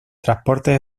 transportes